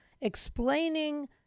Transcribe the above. explaining